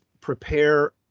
prepare